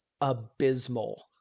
abysmal